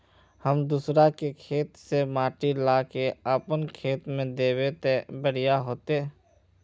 हम दूसरा के खेत से माटी ला के अपन खेत में दबे ते बढ़िया होते?